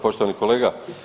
Poštovani kolega.